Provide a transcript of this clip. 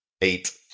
Eight